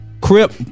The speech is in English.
crip